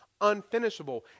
unfinishable